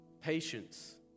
Patience